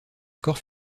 score